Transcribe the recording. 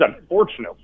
unfortunately